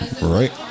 Right